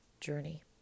journey